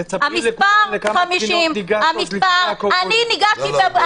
תספרי לכמה בחינות ניגשת עוד לפני הקורונה.